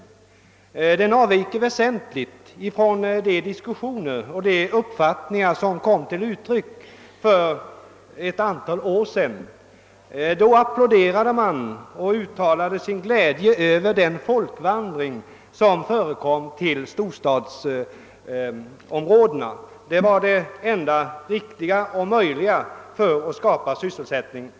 Dagens debatt avviker nämligen väsentligt från den uppfattning som kom till uttryck för ett antal år sedan, då man applåderade och uttalade sin glädje över den folkvandring som förekom till storstadsområdena. Den förflyttningen ansågs då vara den enda riktiga och möjliga för att skapa ökad sysselsättning.